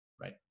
Right